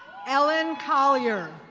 ellen colier.